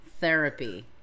therapy